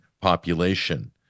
population